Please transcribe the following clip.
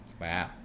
wow